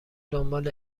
دنبال